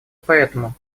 поэтому